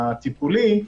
הטיפולי,